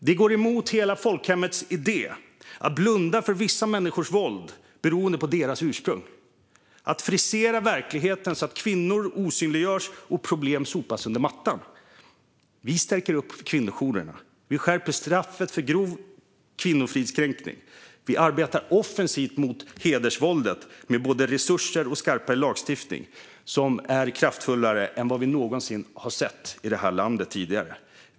Det går emot hela folkhemmets idé att blunda för vissa människors våld beroende på deras ursprung och att frisera verkligheten så att kvinnor osynliggörs och problem sopas under mattan. Vi stärker kvinnojourerna. Vi skärper straffet för grov kvinnofridskränkning. Vi arbetar offensivt mot hedersvåldet med både resurser och skarpare lagstiftning som är kraftfullare än vad som någonsin tidigare har setts i det här landet.